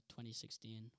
2016